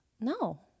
No